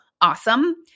awesome